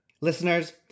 listeners